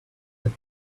that